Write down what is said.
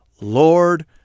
Lord